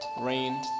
rain